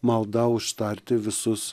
malda užtarti visus